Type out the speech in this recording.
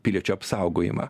piliečių apsaugojama